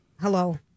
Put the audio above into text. Hello